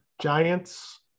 Giants